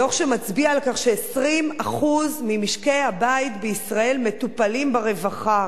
דוח שמצביע על כך ש-20% ממשקי-הבית בישראל מטופלים ברווחה,